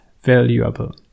valuable